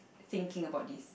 thinking about this